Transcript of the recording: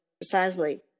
precisely